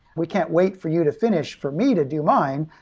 we can't wait for you to finish for me to do mine,